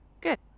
Good